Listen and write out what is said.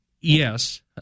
yes